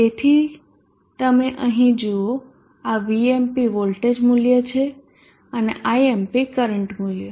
તેથી તમે અહીં જુઓ આ Vmp વોલ્ટેજ મૂલ્ય છે અને Imp કરંટ મૂલ્ય